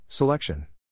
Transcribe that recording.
Selection